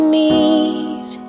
need